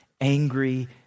angry